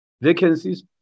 Vacancies